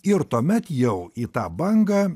ir tuomet jau į tą bangą